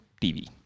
TV